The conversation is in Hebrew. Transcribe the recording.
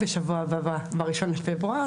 בראשון בפברואר,